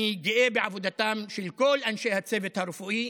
אני גאה בעבודתם של כל אנשי הצוות הרפואי,